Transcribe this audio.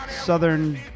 southern